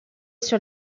sur